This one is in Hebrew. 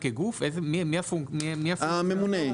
הממונה,